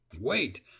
wait